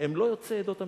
הם לא יוצאי עדות המזרח.